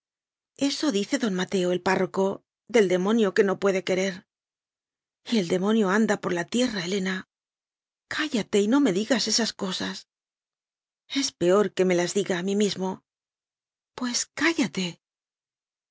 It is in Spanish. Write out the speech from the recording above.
eso dice don mateo el párroco del de monio que no puede querer y el demonio anda por la tierra he lena cállate y no me digas esas cosas es peor que me las diga a mí mismo pues cállate